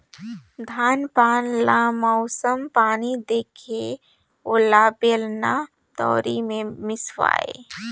धान पान ल मउसम पानी देखके ओला बेलना, दउंरी मे मिसवाए